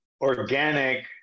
organic